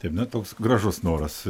taip na toks gražus noras